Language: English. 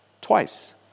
twice